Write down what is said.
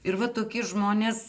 ir va tokie žmonės